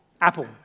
Apple